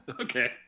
Okay